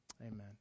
Amen